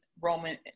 Roman